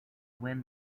win